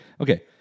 okay